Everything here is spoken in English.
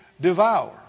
devour